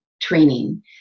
training